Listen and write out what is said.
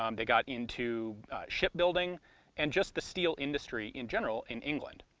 um they got into shipbuilding and just the steel industry in general in england.